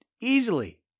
easily